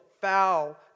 foul